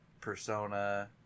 Persona